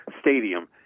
Stadium